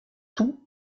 tous